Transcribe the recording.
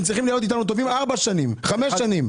צריכים להיות טובים אתנו ארבע וחמש שנים.